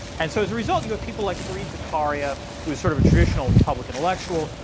and so as a result, you have people like fareed zakaria, who is sort of a traditional public intellectual,